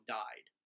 died